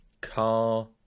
car